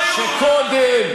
הזאת בגללכם.